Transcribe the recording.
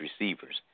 receivers